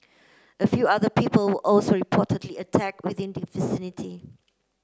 a few other people were also reportedly attack within the vicinity